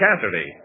Cassidy